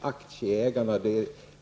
aktieägarna.